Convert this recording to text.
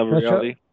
reality